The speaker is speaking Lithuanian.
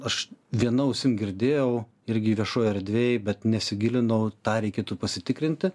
aš viena ausim girdėjau irgi viešoj erdvėj bet nesigilinau tą reikėtų pasitikrinti